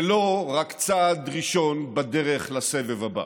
ולא רק צעד ראשון בדרך לסבב הבא.